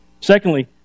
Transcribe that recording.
Secondly